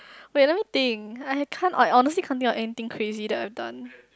wait let me think I have can't oh I honestly can't think of anything crazy that I've done